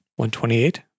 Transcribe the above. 128